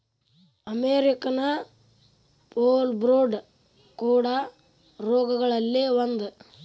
American foulbrood ಕೋಡ ರೋಗಗಳಲ್ಲಿ ಒಂದ